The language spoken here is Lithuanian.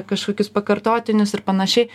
kažkokius pakartotinius ir panašiai